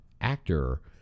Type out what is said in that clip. actor